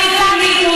התנועה האסלאמית.